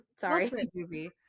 sorry